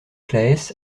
claës